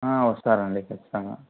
వస్తారండి ఖచ్చతంగా